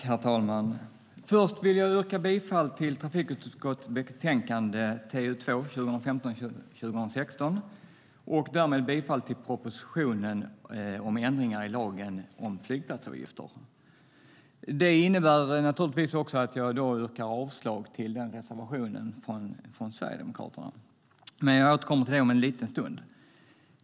Herr talman! Först vill jag yrka bifall till trafikutskottets betänkande 2015/16:TU2 och därmed också bifall till propositionen om ändringar i lagen om flygplatsavgifter. Det innebär naturligtvis också att jag yrkar avslag på reservationen från Sverigedemokraterna. Jag återkommer till det om en liten stund.